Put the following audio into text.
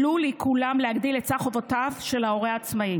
עלול עיקולם להגדיל את סך חובותיו של ההורה העצמאי